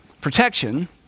protection